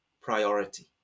priority